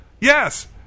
yes